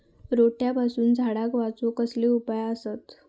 रोट्यापासून झाडाक वाचौक कसले उपाय आसत?